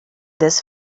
this